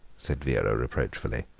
said vera reproachfully,